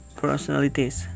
personalities